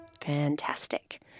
Fantastic